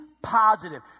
positive